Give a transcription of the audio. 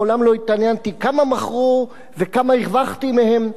מעולם לא התעניינתי כמה מכרו וכמה הרווחתי מהם,